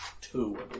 Two